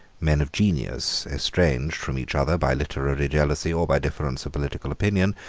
men of genius, estranged from each other by literary jealousy or by difference of political opinion,